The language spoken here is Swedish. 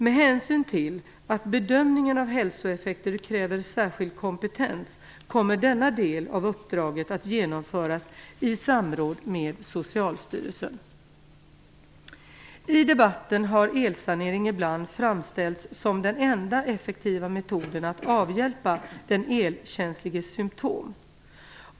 Med hänsyn till att bedömningen av hälsoeffekter kräver särskild kompetens kommer denna del av uppdraget att genomföras i samråd med Socialstyrelsen. I debatten har elsanering ibland framställts som den enda effektiva metoden att avhjälpa den elkänsliges symtom.